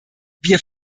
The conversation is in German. wir